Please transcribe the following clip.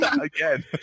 Again